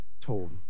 told